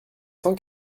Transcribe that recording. cent